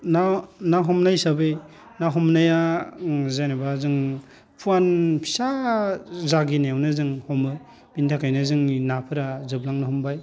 ना ना हमनाय हिसाबै ना हमनाया जेनोबा जों फुवान फिसा जागिनायावनो जों हमो बिनि थाखायनो जोंनि नाफोरा जोबलांनो हमबाय